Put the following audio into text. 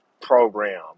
program